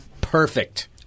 perfect